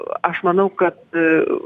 aš manau kad